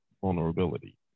vulnerability